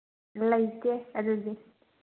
ꯂꯩꯇꯦ ꯑꯗꯨꯗꯤ